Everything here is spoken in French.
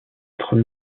être